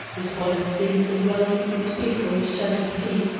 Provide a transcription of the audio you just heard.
responded simms, as well as he could speak for his chattering teeth.